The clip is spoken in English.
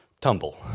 tumble